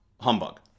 humbug